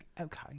Okay